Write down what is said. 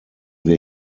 wir